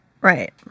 right